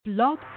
Blog